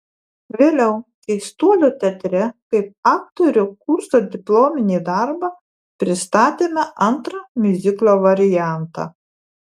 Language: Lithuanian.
vėliau keistuolių teatre kaip aktorių kurso diplominį darbą pristatėme antrą miuziklo variantą